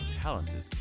talented